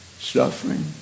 Suffering